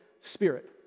spirit